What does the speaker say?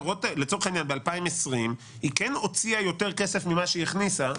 ב-2020 היא הוציאה יותר כסף ממה שהיא הכניסה.